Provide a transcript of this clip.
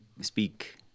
speak